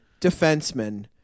defenseman